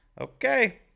okay